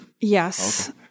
Yes